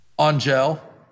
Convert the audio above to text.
Angel